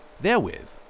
Therewith